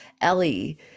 Ellie